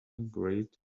great